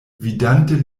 vidante